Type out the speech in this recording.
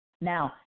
Now